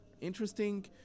interesting